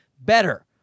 better